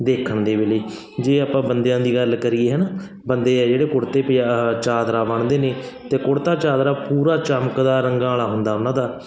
ਦੇਖਣ ਦੇ ਵੇਲੇ ਜੇ ਆਪਾਂ ਬੰਦਿਆਂ ਦੀ ਗੱਲ ਕਰੀਏ ਹੈ ਨਾ ਬੰਦੇ ਆ ਜਿਹੜੇ ਕੁੜਤੇ ਪਜਾ ਚਾਦਰਾ ਬੰਨਦੇ ਨੇ ਅਤੇ ਕੁੜਤਾ ਚਾਦਰਾ ਪੂਰਾ ਚਮਕਦਾਰ ਰੰਗਾਂ ਵਾਲਾ ਹੁੰਦਾ ਉਹਨਾਂ ਦਾ